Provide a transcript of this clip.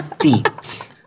feet